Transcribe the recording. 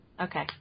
Okay